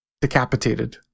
decapitated